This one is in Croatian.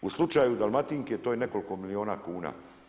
U slučaju Dalmatinke, to je nekoliko miliona kuna.